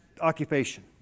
occupation